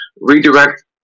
redirect